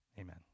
amen